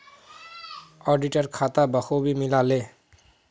auditor खाता बखूबी मिला ले